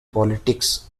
politics